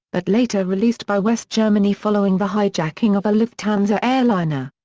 but later released by west germany following the hijacking of a lufthansa airliner.